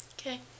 Okay